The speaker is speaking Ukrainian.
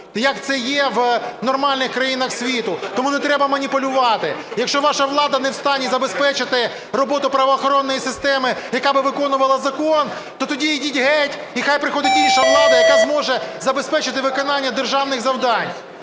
як це є в нормальних країнах світу. Тому не треба маніпулювати. Якщо ваша влада не в стані забезпечити роботу правоохоронної системи, яка би виконувала закон, то тоді ідіть геть, і хай приходить інша влада, яка зможе забезпечити виконання державних завдань.